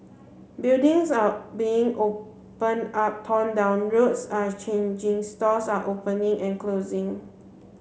buildings are being opened up torn down roads are changing stores are opening and closing